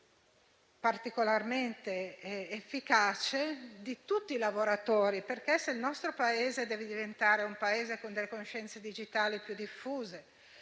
particolarmente efficace di tutti i lavoratori. Se il nostro deve diventare un Paese con conoscenze digitali più diffuse;